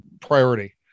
priority